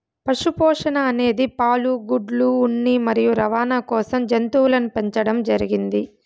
పశు పోషణ అనేది పాలు, గుడ్లు, ఉన్ని మరియు రవాణ కోసం జంతువులను పెంచండం జరిగింది